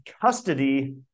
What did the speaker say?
custody